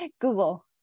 Google